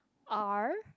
R